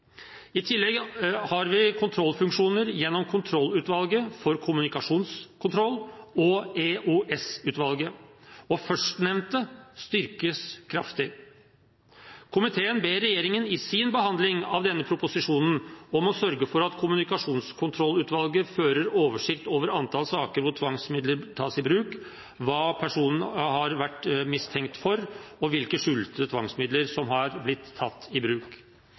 I tillegg har vi kontrollfunksjoner gjennom Kontrollutvalget for kommunikasjonskontroll og EOS-utvalget, og førstnevnte styrkes kraftig. Komiteen ber regjeringen i sin behandling av denne proposisjonen om å sørge for at Kommunikasjonskontrollutvalget fører oversikt over antall saker hvor tvangsmidler tas i bruk, hva personen har vært mistenkt for, og hvilke skjulte tvangsmidler som har blitt tatt i bruk.